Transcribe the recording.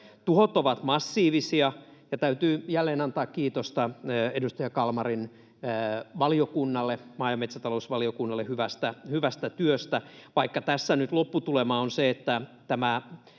Tuhot ovat massiivisia. Täytyy jälleen antaa kiitosta edustaja Kalmarin valiokunnalle, maa- ja metsätalousvaliokunnalle, hyvästä työstä. Vaikka tässä nyt lopputulema on se, että